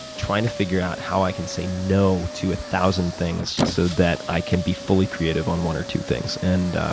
trying to figure out how i can say now to a thousand things so that i can be fully creative on one or two things. and